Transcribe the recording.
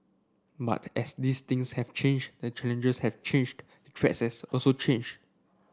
but as these things have changed the challenges have changed the threats also changed